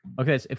Okay